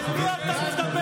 אל מי אתה מדבר?